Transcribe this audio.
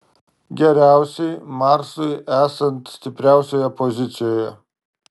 geriausiai marsui esant stipriausioje pozicijoje